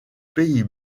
pays